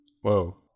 Whoa